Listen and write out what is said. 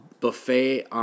buffet –